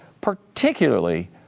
particularly